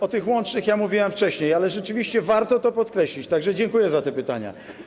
O tych łącznych wydatkach mówiłem wcześniej, ale rzeczywiście warto to podkreślić, tak że dziękuję za te pytania.